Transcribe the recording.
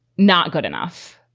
not good enough.